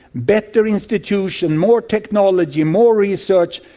better institutions, more technology, more research,